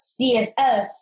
CSS